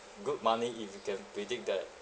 good money if you can predict that